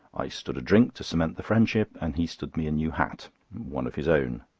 i stood a drink to cement the friendship, and he stood me a new hat one of his own.